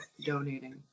donating